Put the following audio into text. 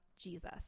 Jesus